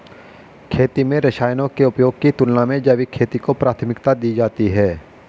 खेती में रसायनों के उपयोग की तुलना में जैविक खेती को प्राथमिकता दी जाती है